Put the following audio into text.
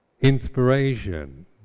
inspiration